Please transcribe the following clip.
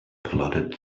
plodded